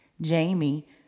Jamie